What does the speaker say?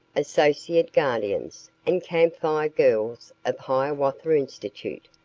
associate guardians, and camp fire girls of hiawatha institute,